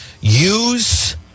use